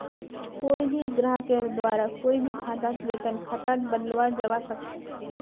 कोई भी ग्राहकेर द्वारा कोई भी खाताक वेतन खातात बदलाल जवा सक छे